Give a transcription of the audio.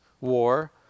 war